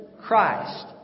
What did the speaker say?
Christ